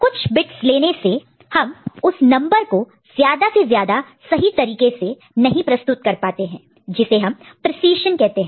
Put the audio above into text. कुछ बिट्स लेने से हम उस नंबर को ज्यादा से ज्यादा सही तरीके से नहीं प्रस्तुत रिप्रेजेंट represent कर पाते हैं जिसे हम प्रीसिज़न कहते हैं